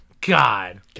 God